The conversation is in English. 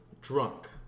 drunk